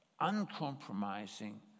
uncompromising